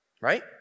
right